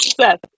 Seth